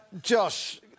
Josh